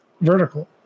vertical